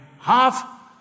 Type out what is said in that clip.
half